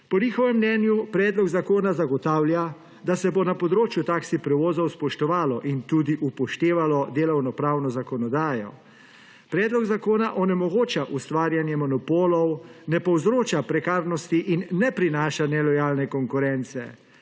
Po njihovem mnenju predlog zakona zagotavlja, da se bo na področju taksi prevozov spoštovalo in tudi upoštevalo delovno pravno zakonodajo. Predlog zakona onemogoča ustvarjanje monopolov, ne povzroča prekarnosti in ne prinaša nelojalne konkurence.